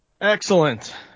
Excellent